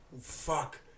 fuck